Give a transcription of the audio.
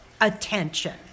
attention